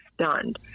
stunned